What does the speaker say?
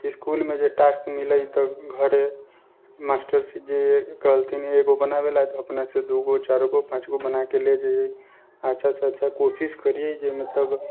इसकुल मे जे टास्क मिलै तऽ घरे मास्टर जी कहथिन एगो बनाबे लए अपने से दूगो चारि गो पाँच गो बनाके ले जइयै अच्छा से अच्छा कोशिश करियै जे मतलब